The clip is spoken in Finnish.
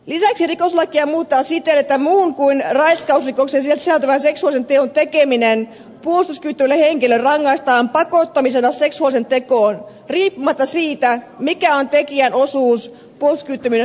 lisäksi rikoslakia muutetaan siten että muuhun kuin raiskausrikokseen sisältyvän seksuaalisen teon tekeminen puolustuskyvyttömälle henkilölle rangaistaan pakottamisena seksuaaliseen tekoon riippumatta siitä mikä on tekijän osuus puolustuskyvyttömyyden syntyyn